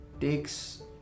takes